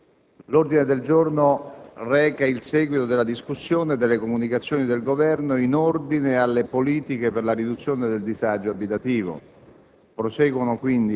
L'ordine del giorno reca il seguito della discussione sulle comunicazioni del Governo in ordine alle politiche per la riduzione del disagio abitativo.